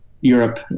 europe